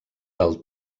del